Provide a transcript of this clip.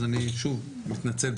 אז אני שוב מתנצל.